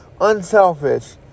unselfish